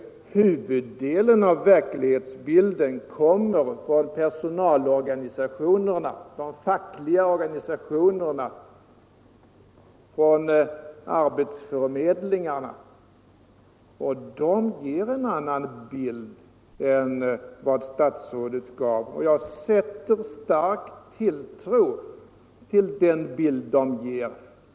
Huvuddelen av verklighetsbilden kommer dock från personalorganisationerna, de fackliga organisationerna och arbetsförmedlingarna. De ger en annan bild än den statsrådet gav, och jag sätter stark tilltro till den bild de ger.